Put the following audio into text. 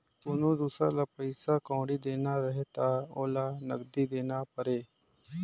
कोनो दुसर ल पइसा कउड़ी देना रहें त ओला नगदी देना परे